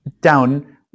down